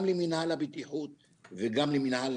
גם למינהל הבטיחות וגם למינהל